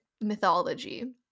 mythology